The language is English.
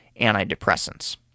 antidepressants